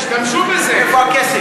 השתמשו בזה.